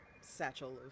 satchel